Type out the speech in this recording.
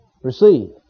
Receive